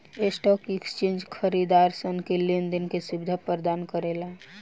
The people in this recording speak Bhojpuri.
स्टॉक एक्सचेंज खरीदारसन के लेन देन के सुबिधा परदान करेला